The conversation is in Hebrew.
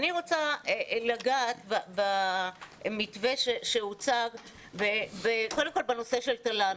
אני רוצה לגעת במתווה שהוצג וקודם כל בנושא של תל"ן.